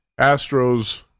Astros